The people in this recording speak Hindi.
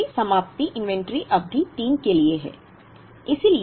I 3 समाप्ति इन्वेंटरी अवधि 3 के लिए है